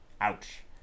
ouch